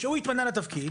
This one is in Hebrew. כשהוא התמנה לתפקיד.